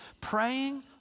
Praying